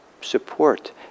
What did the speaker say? support